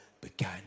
began